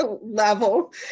level